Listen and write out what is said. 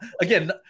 Again